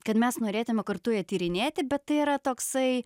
kad mes norėtume kartu ją tyrinėti bet tai yra toksai